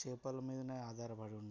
చేపల మీదనే ఆధారపడి ఉంటారు